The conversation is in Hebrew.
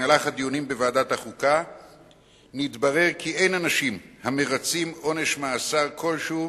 במהלך הדיונים בוועדת החוקה נתברר כי אין אנשים המרצים עונש מאסר כלשהו